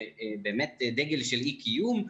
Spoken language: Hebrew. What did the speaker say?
באמת דגל של דו-קיום.